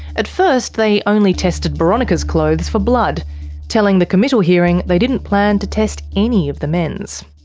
at first, they only tested boronika's clothes for blood telling the committal hearing they didn't plan to test any of the men's.